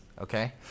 Okay